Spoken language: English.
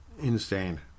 insane